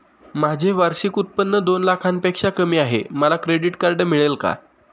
माझे वार्षिक उत्त्पन्न दोन लाखांपेक्षा कमी आहे, मला क्रेडिट कार्ड मिळेल का?